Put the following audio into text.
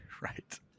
Right